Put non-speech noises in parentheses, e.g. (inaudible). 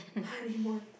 (breath) honeymoon